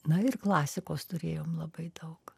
na ir klasikos turėjom labai daug